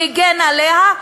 שהגן עליה,